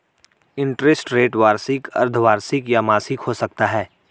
interest rate वार्षिक, अर्द्धवार्षिक या मासिक हो सकता है